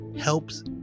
helps